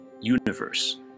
universe